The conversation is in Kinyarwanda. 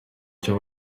icyo